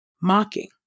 mocking